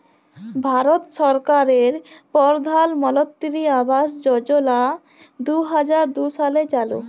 ভারত সরকারের পরধালমলত্রি আবাস যজলা দু হাজার দু সালে চালু